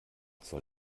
soll